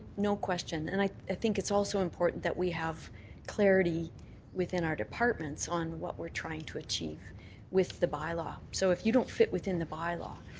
no question. and i think it's also important that we have clarity within our departments on what we're trying to achieve with the bylaw. so if you don't fit within the bylaw,